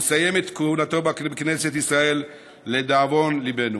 המסיים את כהונתו בכנסת ישראל, לדאבון ליבנו.